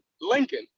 Lincoln